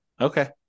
Okay